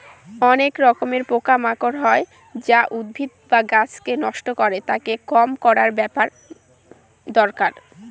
অনেক রকমের পোকা মাকড় হয় যা উদ্ভিদ বা গাছকে নষ্ট করে, তাকে কম করার ব্যাপার দরকার